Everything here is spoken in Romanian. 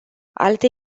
alte